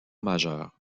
majeure